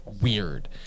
weird